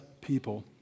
people